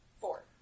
Four